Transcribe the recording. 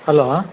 hello